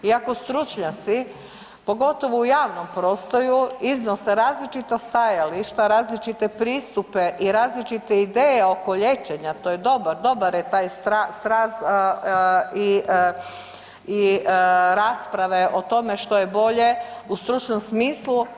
I ako stručnjaci pogotovo u javnom prostoru iznose različita stajališta, različite pristupe i različite ideje oko liječenja to je dobar, dobar je taj sraz i rasprave o tome što je bolje u stručnom smislu.